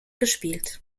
gespielt